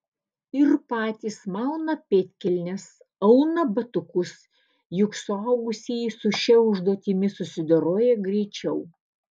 ir patys mauna pėdkelnes auna batukus juk suaugusieji su šia užduotimi susidoroja greičiau